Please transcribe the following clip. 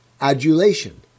adulation